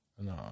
No